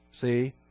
See